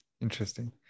Interesting